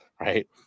right